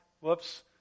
whoops